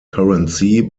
currency